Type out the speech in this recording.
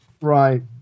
Right